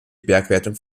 bergwertung